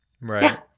Right